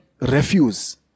refuse